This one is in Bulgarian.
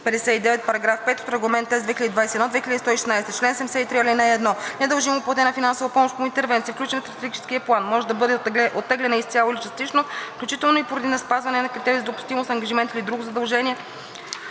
параграф 5 от Регламент (ЕС) 2021/2116. Чл. 73. (1) Недължимо платената финансова помощ по интервенциите, включени в Стратегическия план, може да бъде оттеглена изцяло или частично, включително и поради неспазване на критерии за допустимост, ангажимент или друго задължение